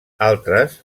altres